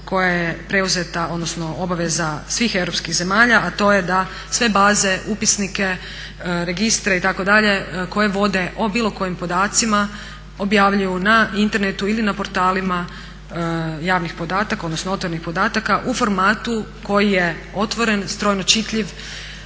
koja je preuzeta odnosno obaveza svih europskih zemalja, a to je da sve baze, upisnike, registre itd. koje vode o bilo kojim podacima objavljuju na Internetu ili na portalima javnih podataka odnosno otvorenih podataka u formatu koji je otvoren, strojno čitljiv